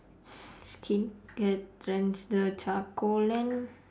skincare trends the charcoal and